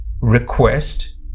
Request